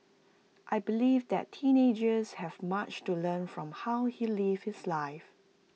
I believe that teenagers have much to learn from how he lived his life